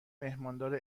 میهماندار